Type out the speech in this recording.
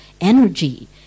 energy